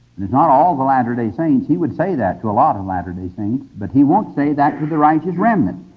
and it's not all of the latter-day saints. he would say that to a lot of latter-day saints, but he won't say that to the righteous remnant.